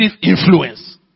influence